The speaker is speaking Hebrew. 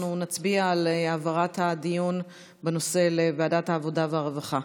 אנחנו נצביע על העברת הדיון בנושא לוועדת העבודה והרווחה.